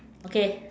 okay